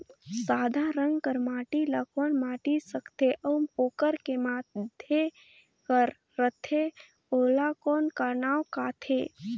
सादा रंग कर माटी ला कौन माटी सकथे अउ ओकर के माधे कर रथे ओला कौन का नाव काथे?